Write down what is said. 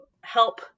help